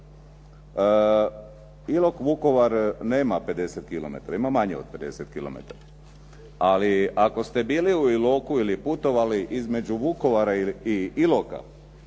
Ilok-Vukovar nema 50 kilometara, ima manje od 50 km. Ali ako ste bili u Iloku ili putovali između Vukovara i Iloka